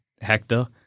Hector